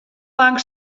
lang